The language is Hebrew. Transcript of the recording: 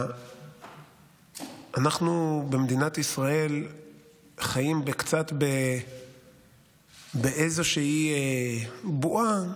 אנחנו במדינת ישראל חיים קצת באיזושהי בועה,